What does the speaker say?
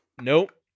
nope